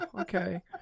okay